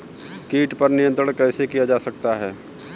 कीट पर नियंत्रण कैसे किया जा सकता है?